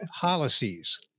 policies